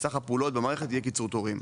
סך הפעולות במערכת יהיה קיצור תורים.